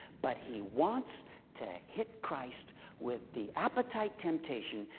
but he wants to hit christ with the appetite temptation.